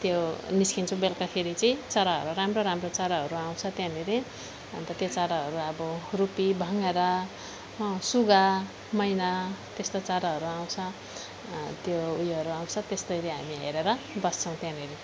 त्यो निस्किन्छौँ त्यो बेलुकाखेरि चाहिँ चराहरू राम्रो राम्रो चराहरू आउँछ त्यहाँनेरि अनि त त्यो चराहरू अब रुपी भँगेरा अँ सुगा मैना त्यस्तो चराहरू आउँछ अँ त्यो ऊ योहरू आउँछ त्यस्तोहरू हामी हेरेर बस्छौँ त्यहाँनेरि